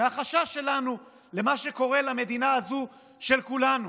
מהחשש שלנו למה שקורה במדינה הזאת של כולנו.